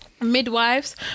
midwives